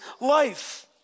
life